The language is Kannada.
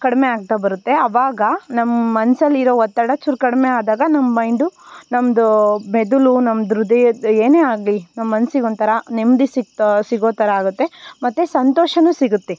ಕಡಿಮೆ ಆಗ್ತಾ ಬರುತ್ತೆ ಅವಾಗ ನಮ್ಮ ಮನಸಲ್ಲಿರೋ ಒತ್ತಡ ಚೂರು ಕಡಿಮೆ ಆದಾಗ ನಮ್ಮ ಮೈಂಡು ನಮ್ಮದು ಮೆದುಳು ನಮ್ದು ಹೃದಯದ ಏನೇ ಆಗಲಿ ನಮ್ಮ ಮನ್ಸಿಗೆ ಒಂಥರಾ ನೆಮ್ಮದಿ ಸಿಕ್ತೊ ಸಿಗೋ ಥರ ಆಗುತ್ತೆ ಮತ್ತು ಸಂತೋಷವೂ ಸಿಗುತ್ತೆ